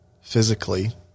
physically